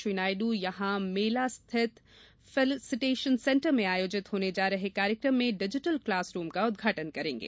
श्री नायडू यहाँ मेला स्थित फैसिलिटेशन सेंटर में आयोजित होने जा रहे कार्यक्रम में डिजिटल क्लासरूम का उदघाटन करेंगे